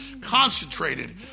Concentrated